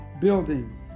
building